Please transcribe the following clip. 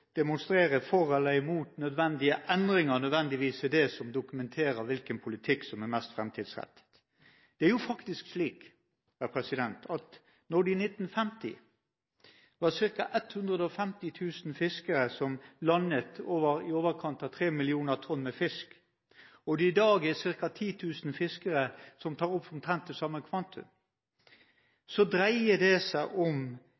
for eller imot nødvendige endringer nødvendigvis er det som dokumenterer hvilken politikk som er mest framtidsrettet. Det er faktisk slik at da det i 1950 var ca. 150 000 fiskere som landet i overkant av tre millioner tonn fisk, og det i dag er ca. 10 000 fiskere som tar opp omtrent det samme kvantum, dreier det seg om